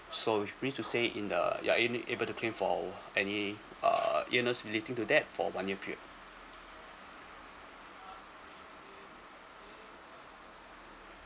so which means to say in the you're a~ able to claim for any uh illness relating to that for one year period